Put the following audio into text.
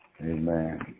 Amen